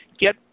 get